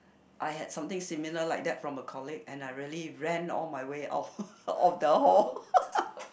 I had something similar like that from a colleague and I really ran all my way out of the hall